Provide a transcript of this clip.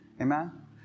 Amen